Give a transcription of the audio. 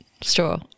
straw